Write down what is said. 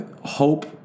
Hope